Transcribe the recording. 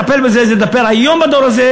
והחינוך שלה באחד המקומות הראשונים בעולם,